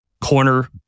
corner